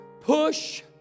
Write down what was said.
push